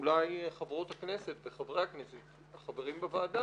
אולי חברות הכנסת וחברי הכנסת החברים בוועדה